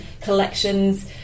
collections